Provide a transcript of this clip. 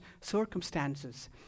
circumstances